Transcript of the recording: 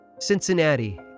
Cincinnati